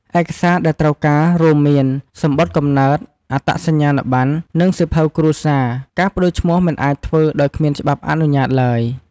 ឯកសារដែលត្រូវការរួមមាន សំបុត្រកំណើត អត្តសញ្ញាណប័ណ្ណ និងសៀវភៅគ្រួសារ ការប្ដូរឈ្មោះមិនអាចធ្វើដោយគ្មានច្បាប់អនុញ្ញាតឡើយ។